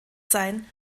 sein